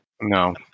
no